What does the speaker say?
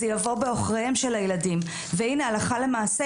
זה יבוא בעוכריהם של הילדים והנה הלכה למעשה,